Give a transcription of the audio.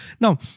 Now